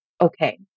okay